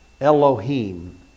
Elohim